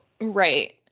right